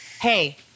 Hey